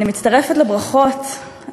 אני מצטרפת לברכות.